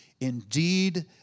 indeed